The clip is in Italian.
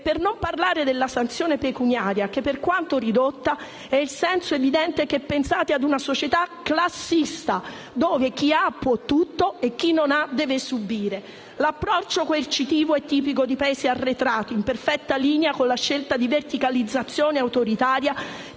Per non parlare della sanzione pecuniaria che, per quanto ridotta, è il segno evidente che pensate a una società classista, dove chi ha, può tutto, e chi non ha deve subire. L'approccio coercitivo è tipico di Paesi arretrati, in perfetta linea con la scelta di verticalizzazione autoritaria